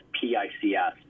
P-I-C-S